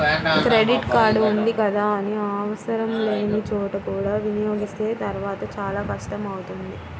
credit card ఉంది కదా అని ఆవసరం లేని చోట కూడా వినియోగిస్తే తర్వాత చాలా కష్టం అవుతుంది